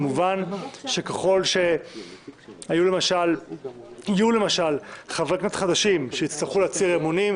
כמובן שככל שיהיו למשל חברי כנסת חדשים שיצטרכו להצהיר אמונים,